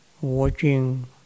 watching